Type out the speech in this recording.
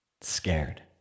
scared